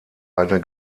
eine